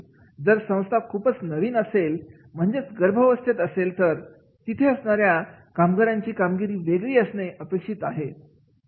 जर संस्था खुपच नवीन असेल म्हणजेच गर्भावस्थेत असेल तर तिथे असणाऱ्या कामगारांची कामगिरी वेगळी असणे अपेक्षित आहे